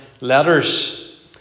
letters